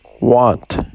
want